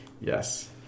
Yes